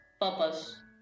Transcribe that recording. purpose